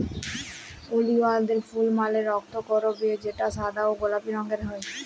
ওলিয়ালদের ফুল মালে রক্তকরবী যেটা সাদা বা গোলাপি রঙের হ্যয়